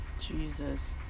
Jesus